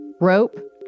rope